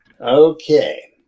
Okay